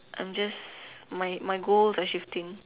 I am just my my goal are shifting